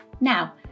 now